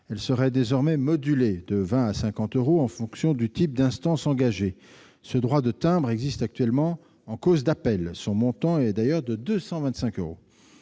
Elle serait désormais modulée de 20 euros à 50 euros, en fonction du type d'instance engagée. Ce droit de timbre existe actuellement en cause d'appel, son montant étant de 225 euros.